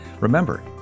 Remember